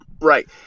Right